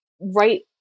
right